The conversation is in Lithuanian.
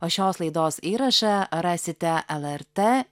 o šios laidos įrašą rasite el er tė